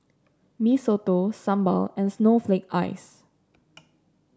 Mee Soto Sambal and Snowflake Ice